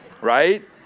right